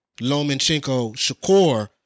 Lomachenko-Shakur